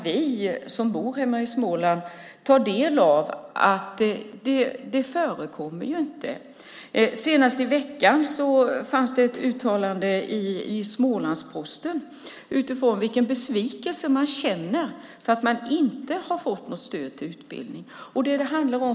Vi som bor i Småland kan se att det inte förekommer. I veckan fanns det ett uttalande i Smålandsposten om vilken besvikelse man känner för att man inte har fått något stöd till utbildning.